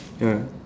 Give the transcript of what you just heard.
ya